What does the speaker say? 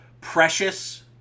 precious